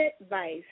advice